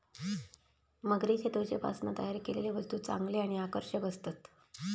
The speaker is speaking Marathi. मगरीच्या त्वचेपासना तयार केलेले वस्तु चांगले आणि आकर्षक असतत